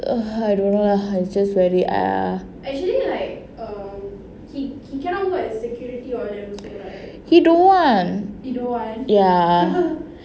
I don't know lah it's just very err he don't want ya